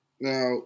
Now